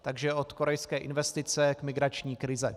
Takže od korejské investice k migrační krizi.